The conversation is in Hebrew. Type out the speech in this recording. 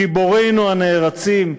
"גיבורינו הנערצים".